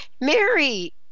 Mary